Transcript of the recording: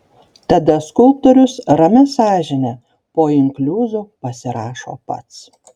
tada skulptorius ramia sąžine po inkliuzu pasirašo pats